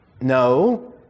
No